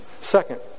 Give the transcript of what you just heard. second